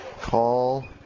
Call